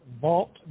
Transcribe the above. vault